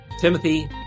Timothy